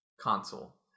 console